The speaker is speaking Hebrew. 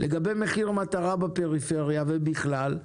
לגבי מחיר מטרה בפריפריה ובכלל,